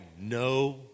no